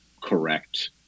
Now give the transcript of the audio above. correct